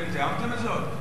תיאמתם את זאת?